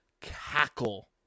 cackle